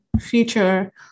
future